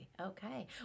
Okay